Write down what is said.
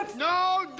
no.